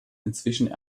inzwischen